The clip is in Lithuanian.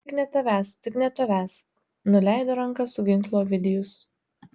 tik ne tavęs tik ne tavęs nuleido ranką su ginklu ovidijus